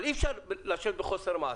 אבל אי אפשר לשבת בחוסר מעש.